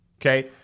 Okay